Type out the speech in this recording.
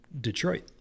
detroit